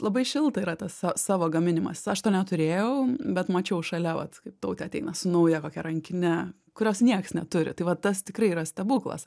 labai šilta yra tas sa savo gaminimas aš neturėjau bet mačiau šalia vat kaip tautė ateina su nauja kokia rankine kurios nieks neturi tai va tas tikrai yra stebuklas